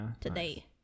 today